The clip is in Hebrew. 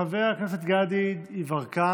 חבר הכנסת גדי יברקן,